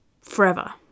forever